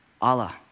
Allah